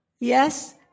Yes